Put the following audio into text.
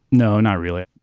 no, not really.